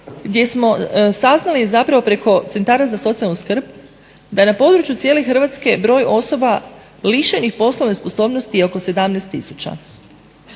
gdje smo saznali zapravo preko centara za socijalnu skrb da na području cijele Hrvatske broj osoba lišenih poslovne sposobnosti je oko 17